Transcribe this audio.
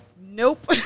nope